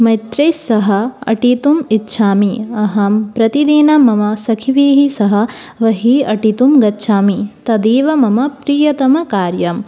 मैत्रैः सह अटितुम् इच्छामि अहं प्रतिदिनं मम सखिभिः सह बहिः अटितुं गच्छामि तदेव मम प्रियतमकार्यम्